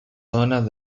zonas